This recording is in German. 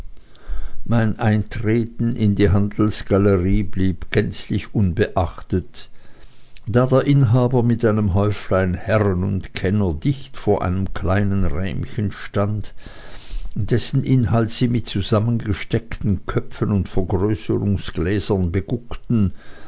mein eintreten in die handelsgalerie blieb gänzlich unbeachtet da der inhaber mit einem häuflein herren und kenner dicht vor einem kleinen rähmchen stand dessen inhalt sie mit zusammengesteckten köpfen und vergrößerungsgläsern beguckten